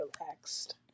relaxed